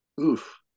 Oof